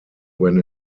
when